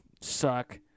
suck